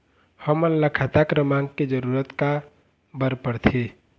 हमन ला खाता क्रमांक के जरूरत का बर पड़थे?